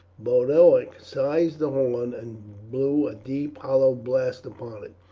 boduoc seized the horn and blew a deep hollow blast upon it.